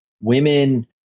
women